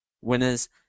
winners